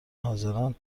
حاضران